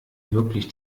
wirklich